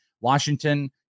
Washington